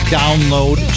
download